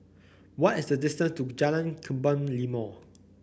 what is the distance to Jalan Kebun Limau